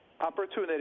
opportunity